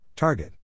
Target